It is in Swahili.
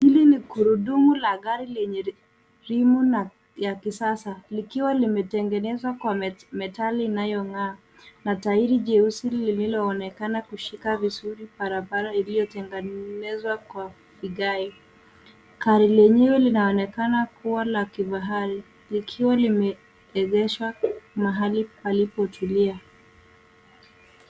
Hili ni gurudumu la gari lenye rimu na ya kisasa likiwa limetengenezwa kwa metali inayongaa na tairi jeusi lililoonekana kushika vizuri barabara iliyotengenezwa kwa vigae. Gari lenyewe linaonekana kua la kifahari likiwa limeegeshwa mahali palipotulia.